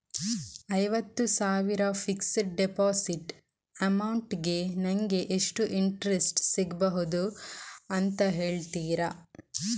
ಐವತ್ತು ಸಾವಿರ fixed deposit amount ಗೆ ನಂಗೆ ಎಷ್ಟು ಇಂಟ್ರೆಸ್ಟ್ ಸಿಗ್ಬಹುದು ಅಂತ ಹೇಳ್ತೀರಾ?